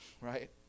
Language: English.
right